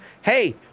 Hey